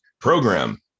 Program